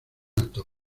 alto